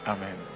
Amen